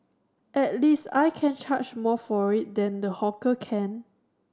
at least I can charge more for it than the hawker can